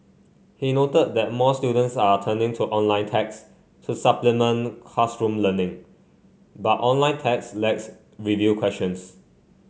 he noted that more students are turning to online text to supplement classroom learning but online text lacks review questions